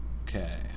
Okay